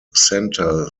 center